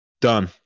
done